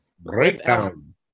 Breakdown